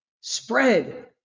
Spread